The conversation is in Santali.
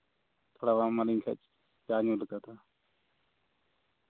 ᱛᱷᱚᱲᱟ ᱵᱟᱢ ᱮᱢᱟ ᱞᱤᱧ ᱠᱷᱟᱱ ᱪᱮᱠᱟᱞᱤᱧ ᱩᱰᱩᱠᱚᱜᱼᱟ